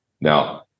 Now